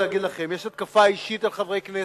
אני רוצה להגיד לכם שיש התקפה אישית לא ראויה על חברי כנסת.